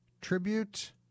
tribute